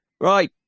Right